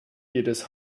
jedes